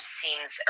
seems